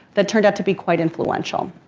that turned out to be quite influential.